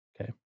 Okay